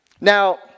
Now